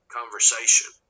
conversation